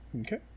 Okay